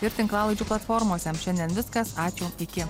ir tinklalaidžių platformose šiandien viskas ačiū iki